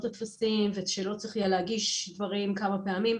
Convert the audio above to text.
את הטפסים ושלא צריך יהיה להגיש דברים כמה פעמים,